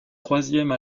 troisième